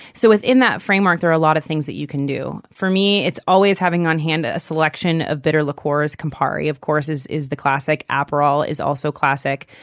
so within that framework, there are a lot of things that you can do. for me, it's always having on hand a selection of bitter liqueurs. campari of course is is the classic. aperol is also classic,